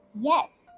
Yes